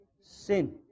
sin